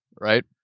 Right